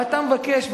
ואתה מבקש,